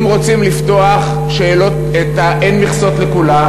אם רוצים לפתוח את ה"אין מכסות" לכולם,